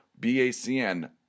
BACN